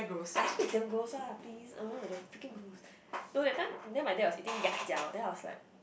I think is damn gross ah please ugh the freaking gross no that time then my dad was eating ya-jiao then I was like